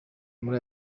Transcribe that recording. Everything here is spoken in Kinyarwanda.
muri